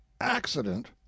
Accident